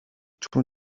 چون